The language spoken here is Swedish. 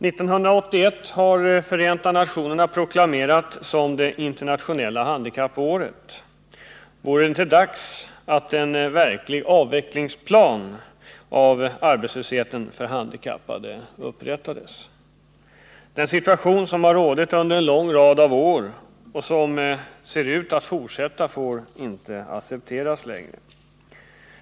1981 har av Förenta nationerna proklamerats som det internationella handikappåret. Vore det inte dags att en verklig avvecklingsplan för arbetslösheten för handikappade upprättades? Den situation som har rått under en lång rad av år och som ser ut att fortsätta får inte accepteras längre.